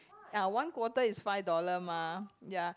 ya one quarter is five dollar mah ya